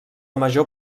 major